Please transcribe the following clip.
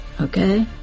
Okay